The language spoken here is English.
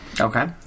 Okay